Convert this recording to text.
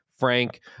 Frank